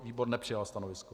Výbor nepřijal stanovisko.